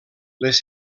les